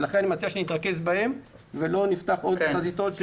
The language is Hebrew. לכן אני מציע שנתרכז בהם ולא נפתח עוד חזיתות.